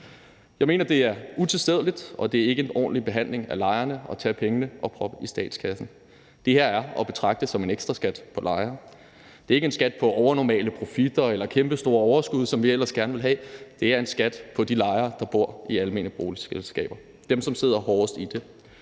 Jeg mener, det er utilstedeligt, og det er ikke en ordentlig behandling af lejerne at tage pengene og proppe dem i statskassen. Det her er at betragte som en ekstra skat for lejere. Det er ikke en skat på overnormale profitter eller kæmpestore overskud, som vi ellers gerne vil have; det er en skat på de lejere, der bor i almene boligselskaber, dem, som sidder hårdest i det.